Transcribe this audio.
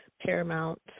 Paramount